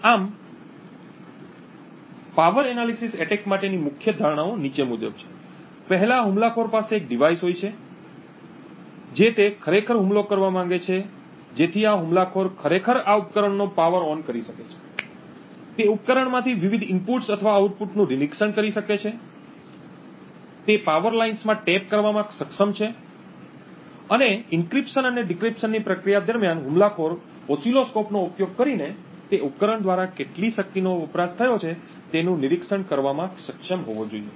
આમ power analysis attack માટેની મુખ્ય ધારણાઓ નીચે મુજબ છે પહેલા હુમલાખોર પાસે એક ડિવાઇસ હોય છે જે તે ખરેખર હુમલો કરવા માંગે છે જેથી આ હુમલાખોર ખરેખર આ ઉપકરણનો પાવર ઓન કરી શકે છે તે ઉપકરણમાંથી વિવિધ ઇનપુટ્સ અથવા આઉટપુટનું નિરીક્ષણ કરી શકે છે તે પાવર લાઇન્સમાં ટેપ કરવામાં સક્ષમ છે અને એન્ક્રિપ્શન અને ડિક્રિપ્શનની પ્રક્રિયા દરમિયાન હુમલાખોર ઓસિલોસ્કોપ નો ઉપયોગ કરીને તે ઉપકરણ દ્વારા કેટલી શક્તિનો વપરાશ થયો છે તેનું નિરીક્ષણ કરવામાં સક્ષમ હોવો જોઈએ